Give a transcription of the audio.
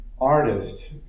artist